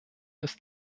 ist